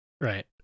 Right